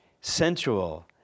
sensual